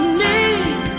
need